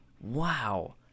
Wow